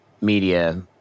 media